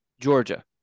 Georgia